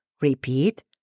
Repeat